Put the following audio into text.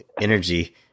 energy